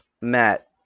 Matt